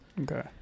okay